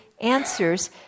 answers